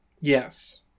Yes